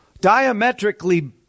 diametrically